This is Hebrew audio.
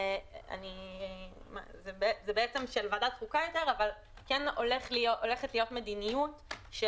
יותר של ועדת חוקה - הולכת להיות מדיניות של